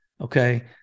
okay